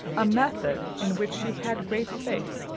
a method in which she had great faith,